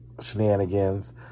shenanigans